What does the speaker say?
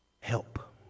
help